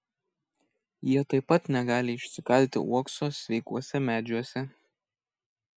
jie taip pat negali išsikalti uokso sveikuose medžiuose